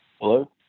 Hello